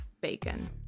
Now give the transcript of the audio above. bacon